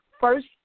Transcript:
first